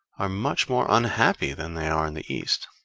are much more unhappy than they are in the east.